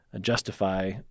justify